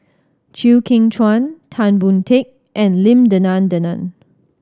Chew Kheng Chuan Tan Boon Teik and Lim Denan Denon